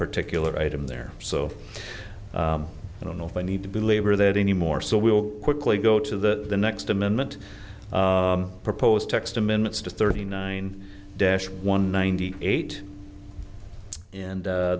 particular item there so i don't know if i need to belabor that anymore so we will quickly go to the next amendment proposed text amendments to thirty nine dash one ninety eight and